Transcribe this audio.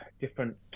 different